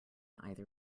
either